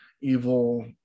evil